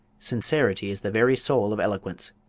sincerity is the very soul of eloquence.